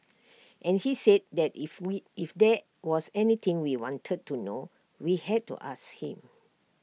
and he said that if we if there was anything we wanted to know we had to ask him